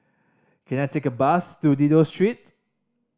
can I take a bus to Dido Street